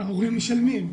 וההורים משלמים.